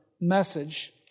message